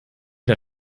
der